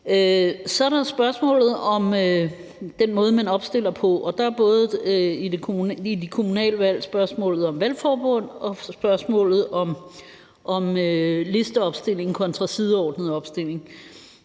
Så er der spørgsmålet om den måde, man bliver opstillet på, og ved de kommunale valg er der både spørgsmålet om valgforbund og spørgsmålet om listeopstilling kontra sideordnet opstilling.